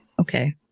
okay